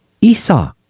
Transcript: Esau